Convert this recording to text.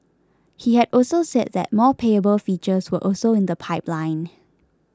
he had also said that more payable features were also in the pipeline